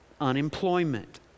unemployment